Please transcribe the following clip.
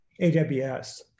AWS